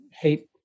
hate